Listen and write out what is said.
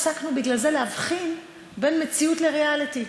הפסקנו בגלל זה להבחין בין מציאות לריאליטי.